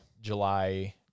July